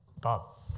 Bob